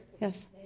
yes